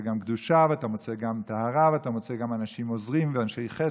גם קדושה ואתה מוצא גם טהרה ואתה מוצא גם אנשים עוזרים ואנשי חסד,